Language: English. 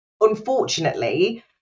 unfortunately